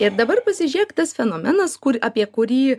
ir dabar pasižek tas fenomenas kurį apie kurį